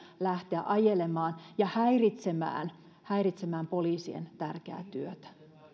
lähteä ajelemaan ja häiritsemään häiritsemään poliisien tärkeää työtä